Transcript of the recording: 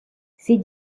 ses